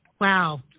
Wow